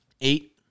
Eight